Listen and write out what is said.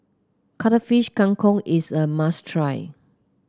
Cuttlefish Kang Kong is a must try